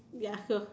you ask her